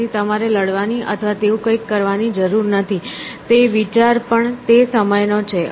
તેથી તમારે લડવાની અથવા તેવું કંઈક કરવાની જરૂર નથી તે વિચાર પણ તે સમય નો છે